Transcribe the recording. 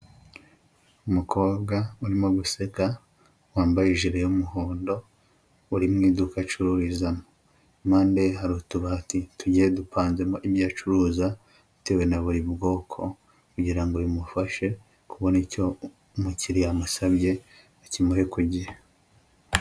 Umukobwa urimo guseka, wambaye ijire y'umuhondo, uri mu iduka acururizamo, impande ye hari utubati tugiye dupanzemo ibyo acuruza, bitewe na buri bwoko, kugira ngo bimufashe kubona icyo umukiriya amusabye, akimuhe ku gihe.